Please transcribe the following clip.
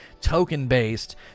token-based